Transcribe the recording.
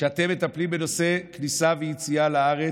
כשאתם מטפלים בנושא כניסה ויציאה לארץ,